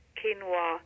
quinoa